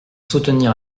soutenir